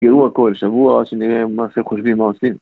יראו הכל שבוע שנראה מה שהם חושבים מה עושים